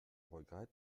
regrette